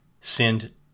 send